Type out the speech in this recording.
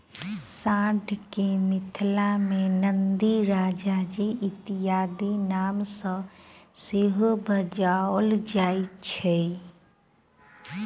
साँढ़ के मिथिला मे नंदी, राजाजी इत्यादिक नाम सॅ सेहो बजाओल जाइत छै